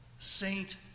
Saint